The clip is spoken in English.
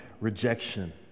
rejection